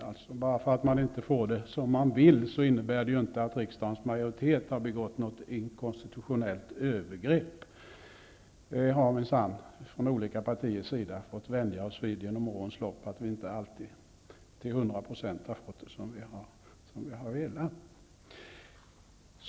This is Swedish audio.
Att man inte får det som man vill innebär ju inte att riksdagens majoritet har begått något inkonstitutionellt övergrepp. Vi har minsann från olika partiers sida fått vänja oss vid genom årens lopp att vi inte till hundra procent har fått det som vi har velat.